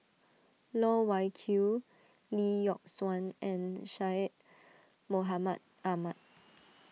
Loh Wai Kiew Lee Yock Suan and Syed Mohamed Ahmed